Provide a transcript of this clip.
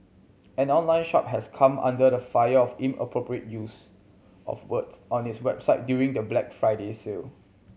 an online shop has come under fire for inappropriate use of words on its website during the Black Friday sale